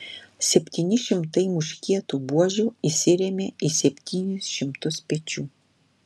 septyni šimtai muškietų buožių įsirėmė į septynis šimtus pečių